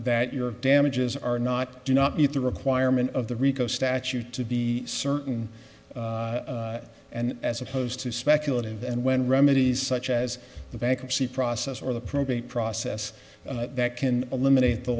that your damages are not do not meet the requirement of the rico statute to be certain and as opposed to speculative and when remedies such as the bankruptcy process or the probate process that can eliminate the